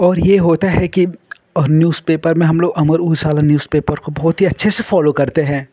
और यह होता है कि न्यूज़ पेपर में हमलोग अमर उज़ाला न्यूज़ पेपर को बहुत ही अच्छे से फ़ॉलो करते हैं